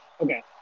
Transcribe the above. okay